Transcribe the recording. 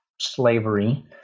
slavery